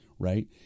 Right